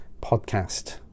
podcast